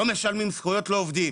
לא משלמים זכויות לעובדים